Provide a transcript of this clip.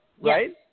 Right